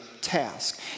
task